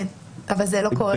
כן, אבל זה לא קורה.